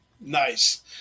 nice